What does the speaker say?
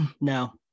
No